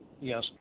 Yes